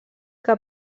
que